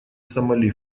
сомали